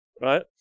right